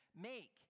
make